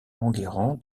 enguerrand